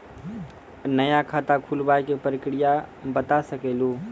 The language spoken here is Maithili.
नया खाता खुलवाए के प्रक्रिया बता सके लू?